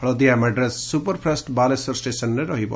ହଳଦିଆ ମାଡ୍ରାସ୍ ସୁପରଫାଷ୍ ବାଲେଶ୍ୱର ଷେସନ୍ରେ ରହିବ